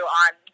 on